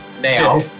Now